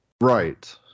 Right